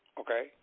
okay